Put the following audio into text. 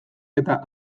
eta